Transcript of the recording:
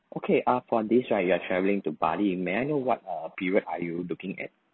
okay uh for this right you are travelling to bali may I know what uh period are you looking at